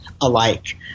alike